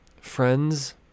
Friends